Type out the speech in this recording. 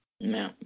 No